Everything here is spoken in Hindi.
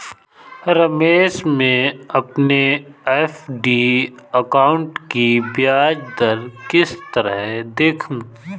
रमेश मैं अपने एफ.डी अकाउंट की ब्याज दर किस तरह देखूं?